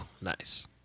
nice